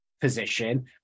position